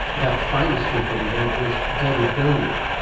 that final speaker we heard was david bellwood,